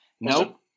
No